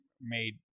made